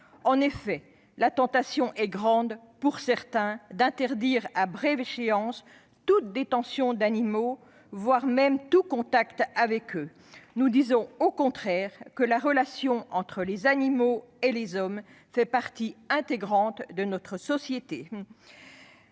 En effet, la tentation est grande, pour certains, d'interdire à brève échéance toute détention d'animaux, voire même tout contact avec eux. Nous disons au contraire que la relation entre les animaux et les hommes fait partie intégrante de notre société.